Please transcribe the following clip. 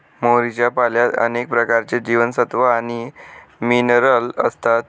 मोहरीच्या पाल्यात अनेक प्रकारचे जीवनसत्व आणि मिनरल असतात